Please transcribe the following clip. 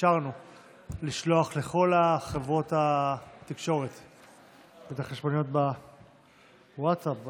אפשרנו לכל חברות התקשורת לשלוח את החשבוניות בווטסאפ,